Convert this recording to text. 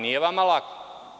Nije vama lako.